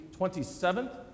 27th